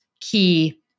key